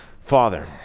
Father